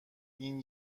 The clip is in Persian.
این